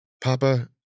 Papa